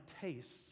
tastes